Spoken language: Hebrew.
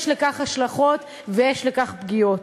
יש לכך השלכות ויש פגיעות,